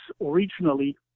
originally